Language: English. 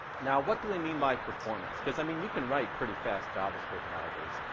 now, what do we mean by performance? cause, i mean, you can write pretty fast javascript nowadays.